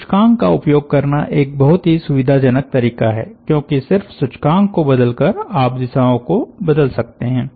सूचकांक का उपयोग करना एक बहुत ही सुविधाजनक तरीका है क्योंकि सिर्फ सूचकांक को बदल कर आप दिशाओं को बदल सकते हैं